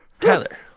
Tyler